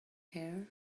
here